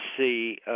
see –